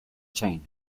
chain